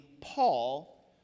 Paul